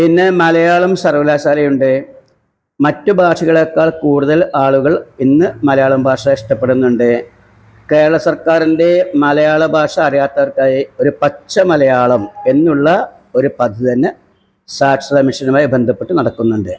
പിന്നെ മലയാളം സർവകലാശാലയുണ്ട് മറ്റു ഭാഷകളെക്കാൾ കൂടുതൽ ആളുകൾ ഇന്നു മലയാളം ഭാഷ ഇഷ്ടപ്പെടുന്നുണ്ട് കേരള സർക്കാരിൻ്റെ മലയാളം ബാഷ അറിയാത്തവർക്കായി ഒരു പച്ച മലയാളം എന്നുള്ള ഒരു പദ്ധതി തന്നെ സാക്ഷരത മിഷനുമായി ബന്ധപ്പെട്ടു നടക്കുന്നുണ്ട്